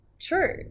true